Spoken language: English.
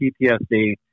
PTSD